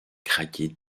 craquer